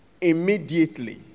immediately